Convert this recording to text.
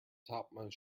topmost